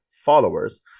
followers